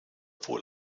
wohl